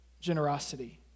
generosity